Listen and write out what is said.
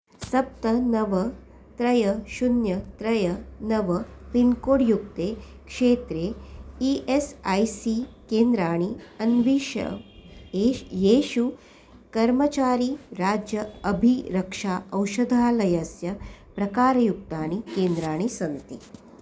सप्त नव त्रीणि शून्यं त्रणि नव पिन्कोड् युक्ते क्षेत्रे ई एस् ऐ सी केन्द्राणि अन्विष एषु येषु कर्मचारीराज्य अभिरक्षा औषधालयस्य प्रकारयुक्ताणि केन्द्राणि सन्ति